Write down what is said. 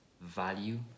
value